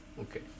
Okay